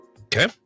Okay